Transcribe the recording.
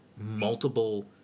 Multiple